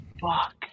Fuck